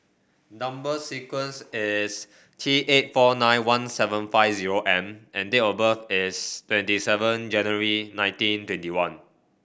number sequence is T eight four nine one seven five zero M and date of birth is twenty seven January nineteen twenty one